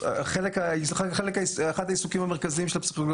אחד העיסוקים המרכזיים של הפסיכולוגיה